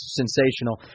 sensational